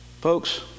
Folks